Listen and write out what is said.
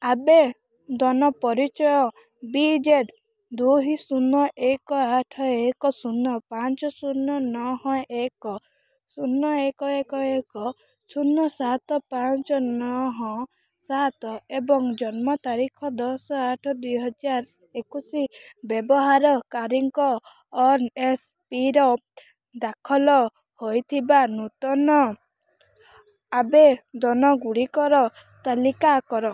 ଆବେଦନ ପରିଚୟ ବି ଯେଡ଼ ଦୁଇ ଶୂନ ଏକ ଆଠ ଏକ ଶୂନ ପାଞ୍ଚ ଶୂନ ନଅ ଏକ ଶୂନ ଏକ ଏକ ଏକ ଶୂନ ସାତ ପାଞ୍ଚ ନଅ ସାତ ଏବଂ ଜନ୍ମ ତାରିଖ ଦଶ ଆଠ ଦୁଇହଜାରେ ଏକୋଇଶୀ ବ୍ୟବହାରକାରୀଙ୍କ ଏନ୍ଏସ୍ପିରେ ଦାଖଲ ହେଇଥିବା ନୂତନ ଆବେଦନଗୁଡ଼ିକର ତାଲିକା କର